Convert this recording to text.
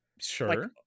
Sure